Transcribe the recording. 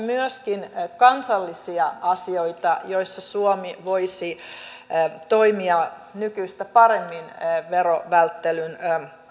myöskin kansallisia asioita joissa suomi voisi toimia nykyistä paremmin verovälttelyn